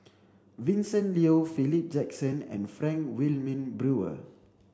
Vincent Leow Philip Jackson and Frank Wilmin Brewer